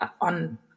on